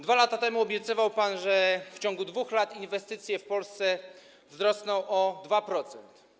2 lata temu obiecywał pan, że w ciągu 2 lat inwestycje w Polsce wzrosną o 2%.